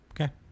Okay